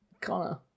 Connor